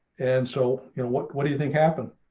and so, you know what, what do you think happened.